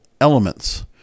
elements